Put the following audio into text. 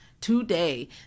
today